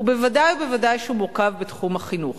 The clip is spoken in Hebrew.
וודאי וודאי שהוא מורכב בתחום החינוך.